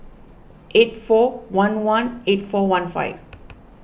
eight four one one eight four one five